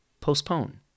postpone